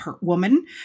woman